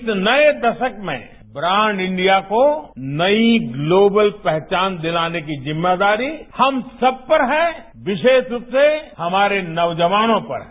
इस नए दसकमें ब्रांड इंडिया को नई ग्लोबल पहचान दिलाने की जिम्मेदारी हम सब पर हैविशेष रूप से हमारे नौजवानों पर है